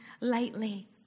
lightly